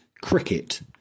Cricket